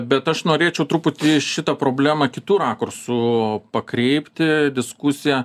bet aš norėčiau truputį šitą problemą kitu rakursu pakreipti diskusiją